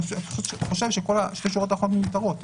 אבל אני חושב ששתי השורות האחרונות מיותרות.